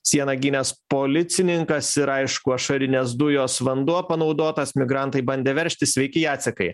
sieną gynęs policininkas ir aišku ašarinės dujos vanduo panaudotas migrantai bandė veržtis sveiki jacekai